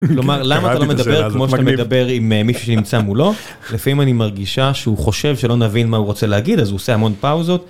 כלומר, למה אתה לא מדבר כמו שאתה מדבר עם מישהו שנמצא מולו? לפעמים אני מרגישה שהוא חושב שלא נבין מה הוא רוצה להגיד, אז הוא עושה המון פאוזות.